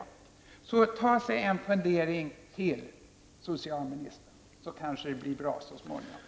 Jag tycker att socialministern skall ta sig en funderare till på det, så kanske det blir bra så småningom.